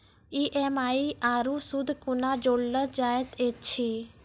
EMI आरू सूद कूना जोड़लऽ जायत ऐछि?